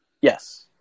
Yes